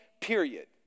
period